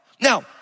Now